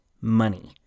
money